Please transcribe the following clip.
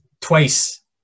twice